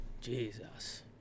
Jesus